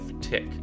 tick